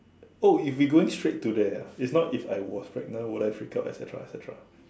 oh if we going straight to there ah it's not if I was pregnant will I break up et cetera et cetera